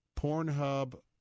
Pornhub